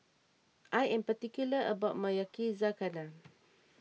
I am particular about my Yakizakana